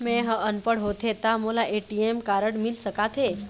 मैं ह अनपढ़ होथे ता मोला ए.टी.एम कारड मिल सका थे?